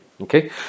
Okay